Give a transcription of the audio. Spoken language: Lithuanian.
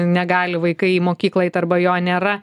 negali vaikai į mokyklą eit arba jo nėra